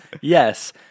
Yes